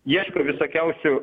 ieško visokiausių